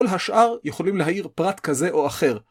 כל השאר יכולים להאיר פרט כזה או אחר.